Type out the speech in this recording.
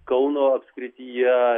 kauno apskrityje